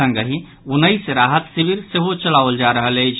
संगहि उन्नैस राहत शिविर सेहो चलाओल जा रहल अछि